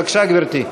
בבקשה, גברתי.